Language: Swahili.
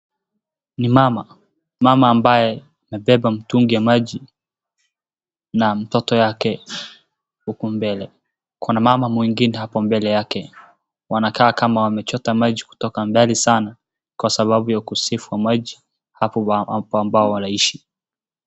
Ni mama, mama ambaye amebeba mtungi ya maji na mtoto yake huku mbele. Kuna mama mwingine hapo mbele yake. Wanakaa kama wamechota maji kutoka mbali sana kwa sababu ya ukosefu wa maji hapo ambao wanaishi.